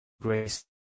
grace